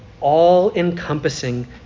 all-encompassing